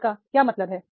इसका क्या मतलब है